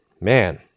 Man